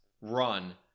run